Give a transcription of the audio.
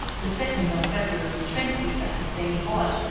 the second on february twenty at the same hall.